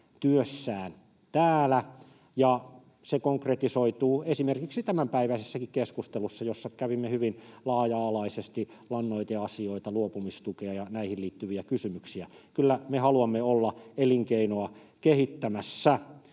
työssään täällä, ja se konkretisoituu esimerkiksi tämänpäiväisessäkin keskustelussa, jossa kävimme hyvin laaja-alaisesti läpi lannoiteasioita, luopumistukea ja näihin liittyviä kysymyksiä. Kyllä me haluamme olla elinkeinoa kehittämässä.